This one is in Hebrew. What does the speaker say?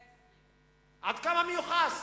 120. עד כמה מיוחס?